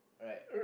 right